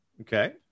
okay